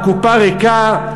הקופה ריקה,